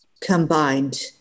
combined